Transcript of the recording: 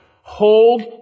hold